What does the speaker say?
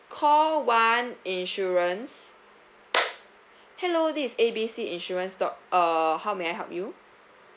call one insurance hello this is A B C insurance dot uh how may I help you